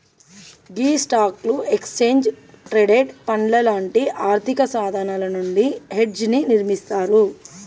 గీ స్టాక్లు, exchange traded పండ్లు లాంటి ఆర్థిక సాధనాలు నుండి హెడ్జ్ ని నిర్మిస్తారు